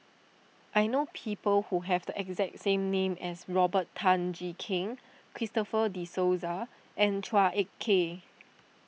I know people who have the exact same name as Robert Tan Jee Keng Christopher De Souza and Chua Ek Kay